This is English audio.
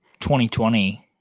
2020